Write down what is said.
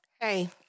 Hey